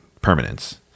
permanence